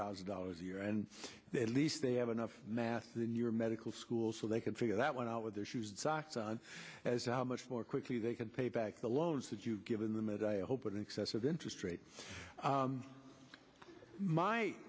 thousand dollars a year and they at least they have enough math in your medical school so they can figure that one out with their shoes and socks on as to how much more quickly they can pay back the loans that you've given them it i hope an excessive interest rate my my